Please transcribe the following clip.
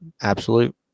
Absolute